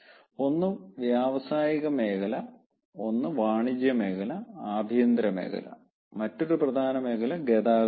ഒന്ന് വ്യാവസായിക മേഖല ഒന്ന് വാണിജ്യ മേഖല ആഭ്യന്തര മേഖല മറ്റൊരു പ്രധാന മേഖല ഗതാഗതം ആണ്